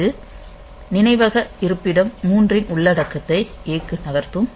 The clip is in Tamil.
இது நினைவக இருப்பிடம் 3 ன் உள்ளடக்கத்தை A க்கு நகர்த்தும்